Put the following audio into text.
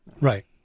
Right